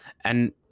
And-